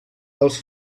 dels